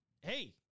Hey